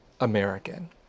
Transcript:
American